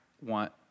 want